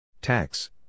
Tax